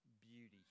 beauty